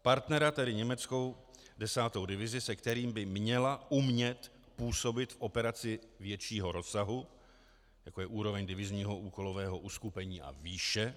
Partnera, tedy německou 10. divizi, se kterým by měla umět působit v operaci většího rozsahu, jako je úroveň divizního úkolového uskupení a výše.